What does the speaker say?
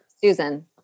Susan